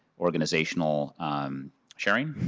organizational sharing.